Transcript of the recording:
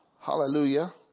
Hallelujah